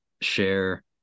share